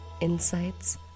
insights